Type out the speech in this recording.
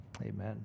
Amen